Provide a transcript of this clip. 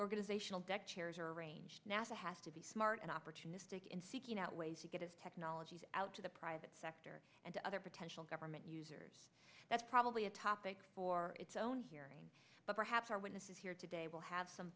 say tional deck chairs are arranged nasa has to be smart and opportunistic in seeking out ways to get as technologies out to the private sector and to other potential government users that's probably a topic for its own hearing but perhaps our witnesses here today will have some